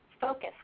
focus